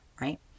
right